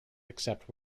except